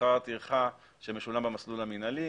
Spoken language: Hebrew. לשכר הטרחה שמשולם במסלול המנהלי,